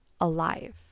alive